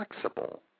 flexible